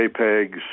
JPEGs